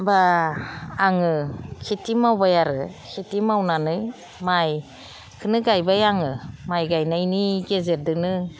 बा आङो खेथि मावबाय आरो खेथि मावनानै माइखौनो गायबाय आङो माइ गायनायनि गेजेरजोंनो